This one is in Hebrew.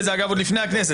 דנים בזה אגב עוד לפני הכנסת,